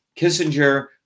Kissinger